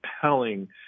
compelling